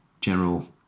General